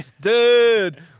Dude